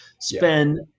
spend